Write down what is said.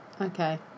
okay